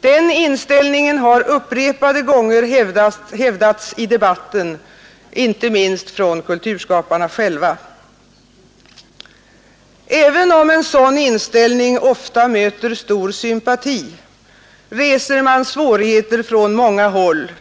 Den inställningen har upprepade gånger hävdats i debatten, inte minst från kulturskaparna själva. Även om en sådan inställning ofta möter stor sympati reser man svårigheter från många håll,